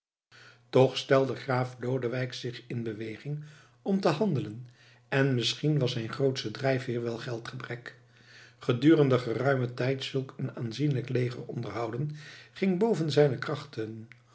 toch stelde graaf lodewijk zich in beweging om te handelen en misschien was zijn grootste drijfveer wel geldgebrek gedurende geruimen tijd zulk een aanzienlijk leger onderhouden ging boven zijne krachten